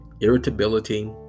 irritability